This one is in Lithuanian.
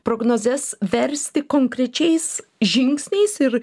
prognozes versti konkrečiais žingsniais ir